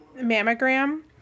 mammogram